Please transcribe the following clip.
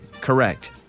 Correct